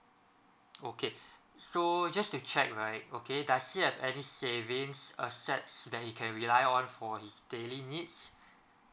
okay so just to check right okay does he have any savings assets that he can rely on for his daily needs